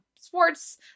sports